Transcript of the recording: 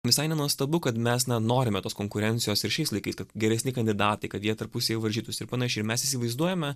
visai nenuostabu kad mes norime tos konkurencijos ir šiais laikais kad geresni kandidatai kad jie tarpusavyje varžytųsi ir panašiai mes įsivaizduojame